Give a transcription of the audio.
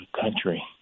country